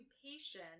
occupation